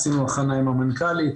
עשינו הכנה עם המנכ"לית.